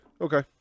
Okay